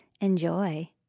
Enjoy